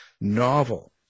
Novel